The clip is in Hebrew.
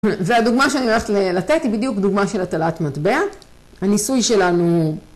והדוגמא שאני הולכת לתת היא בדיוק דוגמה של הטלת מטבע. הניסוי שלנו הוא...